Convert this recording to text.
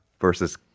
versus